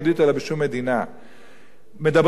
מדברים על כך שצריך מסכות אב"כ.